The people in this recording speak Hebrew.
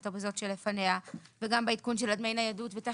וזאת שלפניה וגם בעדכון של דמי הניידות ותיכף,